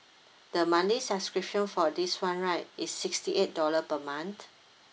the monthly subscription for this one right is sixty eight dollar per month